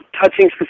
touching